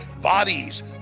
Bodies